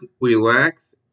relax